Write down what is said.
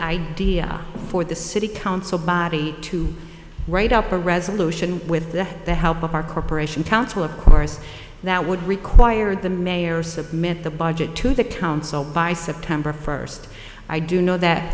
idea for the city council body to write up a resolution with the help of our corporation council of course that would require the mayor submit the budget to the council by september first i do know that